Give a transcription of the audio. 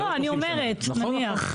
לא, אני אומרת, נניח.